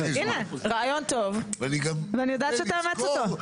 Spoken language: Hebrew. הנה, רעיון טוב ואני יודעת שתאמץ אותו.